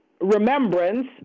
remembrance